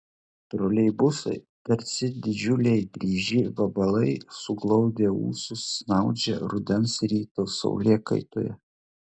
troleibusai tarsi didžiuliai dryži vabalai suglaudę ūsus snaudžia rudens ryto saulėkaitoje